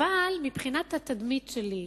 אבל מבחינת התדמית שלי,